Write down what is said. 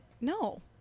No